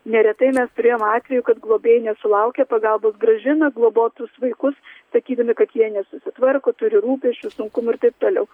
neretai mes turėjom atvejų kad globėjai nesulaukia pagalbos grąžina globotus vaikus sakydami kad jie nesusitvarko turi rūpesčių sunkumų ir taip toliau